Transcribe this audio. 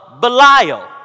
Belial